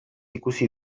ikusi